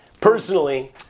Personally